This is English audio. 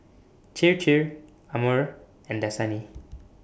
Chir Chir Amore and Dasani